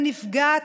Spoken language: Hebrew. הנפגע,